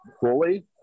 fully